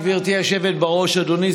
חוק-יסוד: הכנסת (תיקון מס'